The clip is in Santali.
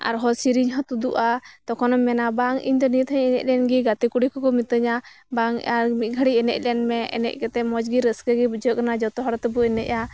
ᱟᱨ ᱦᱚᱸ ᱥᱮᱨᱮᱧ ᱦᱚᱸ ᱛᱩᱫᱩᱜᱼᱟ ᱛᱚᱠᱷᱚᱱᱮᱢ ᱢᱮᱱᱟ ᱵᱟᱝ ᱤᱧ ᱫᱚ ᱱᱤᱭᱟᱹ ᱫᱷᱟᱣ ᱤᱧ ᱮᱱᱮᱡ ᱞᱮᱱ ᱜᱮ ᱜᱟᱛᱮ ᱠᱩᱲᱤ ᱠᱚᱠᱚ ᱢᱤᱛᱟᱹᱧᱟ ᱵᱟᱝ ᱟᱨ ᱢᱤᱫ ᱜᱷᱟᱹᱲᱤᱡ ᱮᱱᱮᱡ ᱞᱮᱱ ᱢᱮ ᱮᱱᱮᱡ ᱠᱟᱛᱮᱫ ᱢᱚᱸᱡᱽ ᱜᱮ ᱨᱟᱹᱥᱠᱟᱹ ᱜᱮ ᱵᱩᱡᱷᱟᱹᱜ ᱠᱟᱱᱟ ᱡᱚᱛᱚ ᱦᱚᱲ ᱛᱮᱵᱚ ᱮᱱᱮᱡᱼᱟ